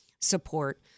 support